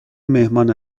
مهمان